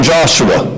Joshua